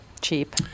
cheap